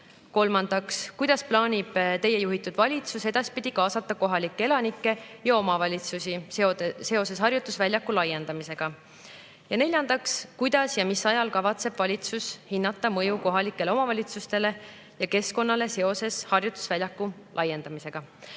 Kolmandaks, kuidas plaanib teie juhitud valitsus edaspidi kaasata kohalikke elanikke ja omavalitsusi seoses harjutusväljaku laiendamisega? Ja neljandaks, kuidas ja mis ajal kavatseb valitsus hinnata mõju kohalikele omavalitsustele ja keskkonnale seoses harjutusväljaku laiendamisega?